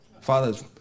Father